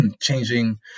changing